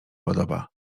podoba